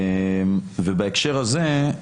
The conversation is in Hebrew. בהקשר הזה,